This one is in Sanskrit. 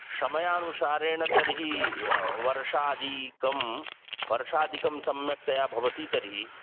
समयानुसारेण तर्हि वर्षादिकं वर्षादिकं सम्यक्तया भवति तर्हि